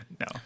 No